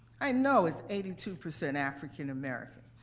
i know it's eighty two percent african american.